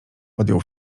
podjął